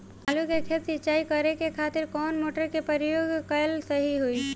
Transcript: आलू के खेत सिंचाई करे के खातिर कौन मोटर के प्रयोग कएल सही होई?